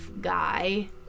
guy